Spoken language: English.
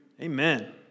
Amen